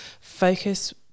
focus